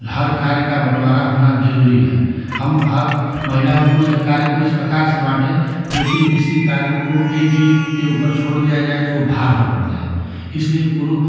हर कार्य का बंटवारा होना जरूरी है हम हर महिला और पुरुष के कार्य को इस प्रकार से बांटे जो कि किसी कार्य को एक ही के ऊपर छोड़ दिया जाए तो वो भार न पड़ जाए इसलिए पुरु